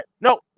No